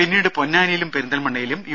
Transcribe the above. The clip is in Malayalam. തുടർന്ന് പൊന്നാനിയിലും പെരിന്തൽമണ്ണയിലും യു